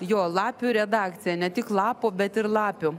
jo lapių redakcija ne tik lapų bet ir lapių